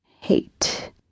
Hate